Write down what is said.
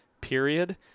period